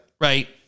Right